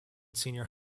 senior